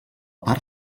part